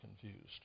confused